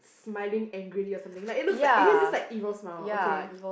smiling angrily or like something like it looks like it has this like evil smile okay